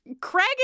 Craig